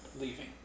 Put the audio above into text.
leaving